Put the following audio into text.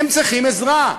הם צריכים עזרה,